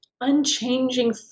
unchanging